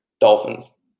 dolphins